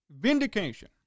vindication